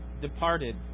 departed